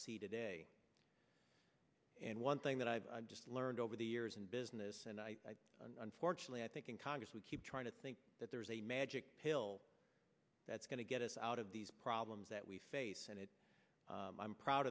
see today and one thing that i've learned over the years in business and unfortunately i think in congress we keep trying to think that there is a magic pill that's going to get us out of these problems that we face and it i'm proud